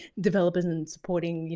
developers and supporting, you